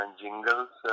jingles